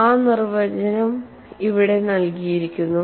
ആ നിർവചനം ഇവിടെ നൽകിയിരിക്കുന്നു